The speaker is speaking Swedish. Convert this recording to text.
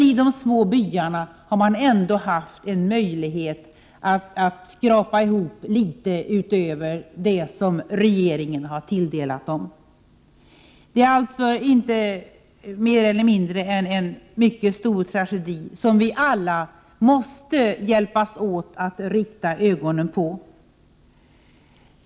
I de små byarna har man ändå haft möjlighet att skrapa ihop litet utöver de ransoner som man tilldelats av regeringen. Det här är en mycket stor tragedi som vi måste hjälpas åt att rikta världens ögon på.